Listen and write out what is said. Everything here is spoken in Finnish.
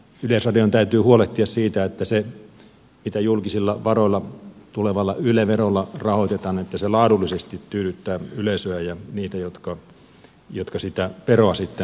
yleisradion täytyy huolehtia siitä että se mitä julkisilla varoilla tulevalla yle verolla rahoitetaan laadullisesti tyydyttää yleisöä ja niitä jotka sitä veroa sitten maksavat